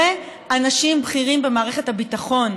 ואנשים בכירים במערכת הביטחון: